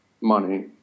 money